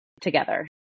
together